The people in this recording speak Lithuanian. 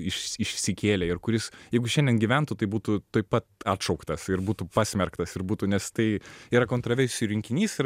iš išsikėlė ir kuris jeigu šiandien gyventų tai būtų taip pat atšauktas ir būtų pasmerktas ir būtų nes tai yra kontraversijų rinkinys ir